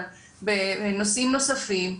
אבל בנושאים נוספים.